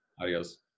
adios